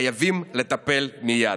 חייבים לטפל מייד.